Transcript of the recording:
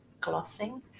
glossing